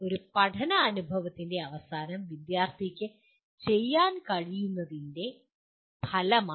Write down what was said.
ഒരു പഠനാനുഭവത്തിന്റെ അവസാനം വിദ്യാർത്ഥിക്ക് ചെയ്യാൻ കഴിയുന്നത് ഒരു ഫലമാണ്